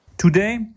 Today